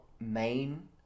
main